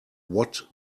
what